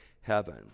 heaven